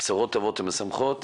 בשורות טובות ומשמחות.